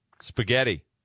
spaghetti